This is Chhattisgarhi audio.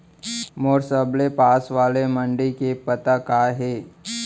मोर सबले पास वाले मण्डी के पता का हे?